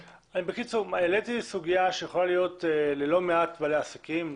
העליתי סוגיה שיכולה להיות ללא מעט בעלי עסקים,